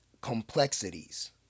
complexities